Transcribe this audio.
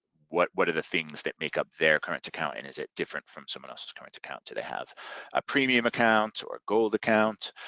what what are the things that make up their current account and is it different from someone else's current account? do they have a premium account or a gold account?